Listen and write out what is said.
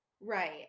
right